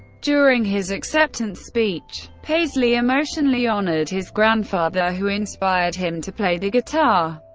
during his acceptance speech, paisley emotionally honored his grandfather, who inspired him to play the guitar.